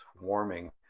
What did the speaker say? warming